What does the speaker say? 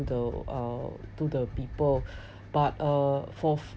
to the uh to the people but uh for